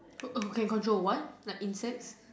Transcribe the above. to oh can control what like insects